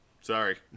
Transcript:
sorry